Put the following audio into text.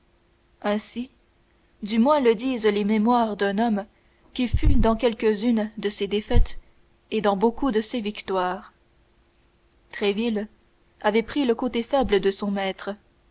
ainsi du moins le disent les mémoires d'un homme qui fut dans quelques-unes de ces défaites et dans beaucoup de ces victoires tréville avait pris le côté faible de son maître